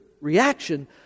reaction